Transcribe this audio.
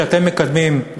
שאתם מקדמים,